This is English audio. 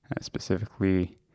specifically